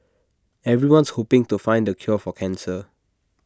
everyone's hoping to find the cure for cancer